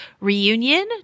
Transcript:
Reunion